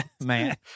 man